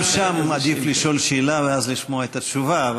גם שם עדיף לשאול שאלה ואז לשמוע את התשובה,